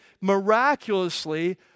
miraculously